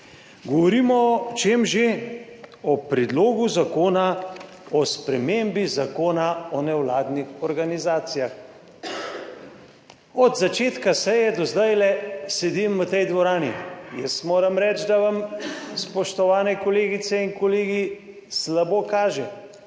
govorimo, o čem že? O predlogu zakona o spremembi Zakona o nevladnih organizacijah. Od začetka seje do zdajle sedim v tej dvorani, jaz moram reči, da vam, spoštovane kolegice in kolegi slabo kaže.